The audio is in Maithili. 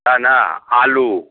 सएह ने आलू